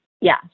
Yes